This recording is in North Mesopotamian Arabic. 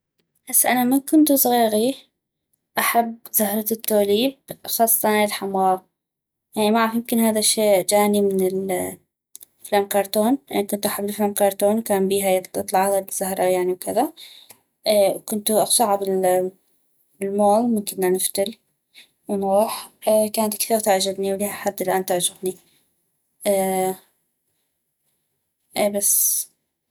هسه انا من كنتو زغيغي احب زهرة التوليب خاصةً هاي الحمغا يعني معف يمكن هذا الشي جاني من الأفلام الكارتون لان كنتو احبم بيها يطلون بيها زهرة وكذا اي وكنتو اغشعا بالمول من كنا نفتل ونغوح كانت كثيغ تعجبني ولي حد الآن تعجبني اي بس